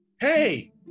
hey